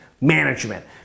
management